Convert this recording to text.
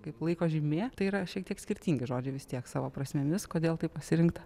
kaip laiko žymė tai yra šiek tiek skirtingi žodžiai vis tiek savo prasmėmis kodėl taip pasirinkta